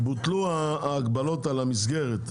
בוטלו ההגבלות את המסגרת,